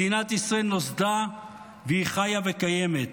מדינת ישראל נוסדה והיא חיה וקיימת,